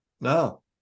No